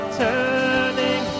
turning